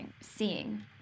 seeing